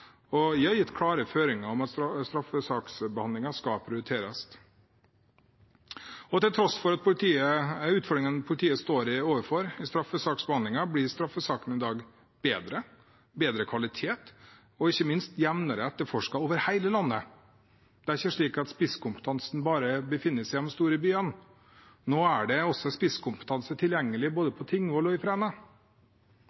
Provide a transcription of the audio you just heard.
og jeg har gitt klare føringer om at straffesaksbehandlingen skal prioriteres. Til tross for utfordringene politiet står overfor i straffesaksbehandlingen, blir straffesakene i dag bedre – av bedre kvalitet og ikke minst jevnere etterforsket over hele landet. Det er ikke slik at spisskompetansen bare befinner seg i de store byene. Nå er det også spisskompetanse tilgjengelig både